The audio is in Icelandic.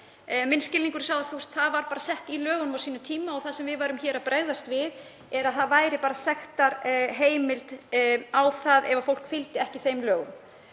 minn skilningur að það hafi verið sett í lögunum á sínum tíma, og það sem við værum að bregðast við er að það væri bara sektarheimild ef fólk fylgdi ekki þeim lögum.